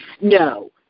No